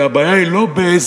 כי הבעיה היא לא באיזו